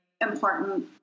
important